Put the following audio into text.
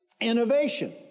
Innovation